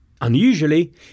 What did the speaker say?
Unusually